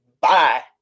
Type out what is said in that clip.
bye